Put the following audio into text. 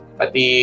pati